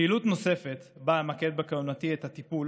פעילות נוספת שבה אמקד בכהונתי את הטיפול